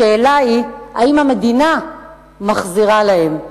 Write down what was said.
השאלה היא האם המדינה מחזירה להם.